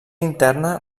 interna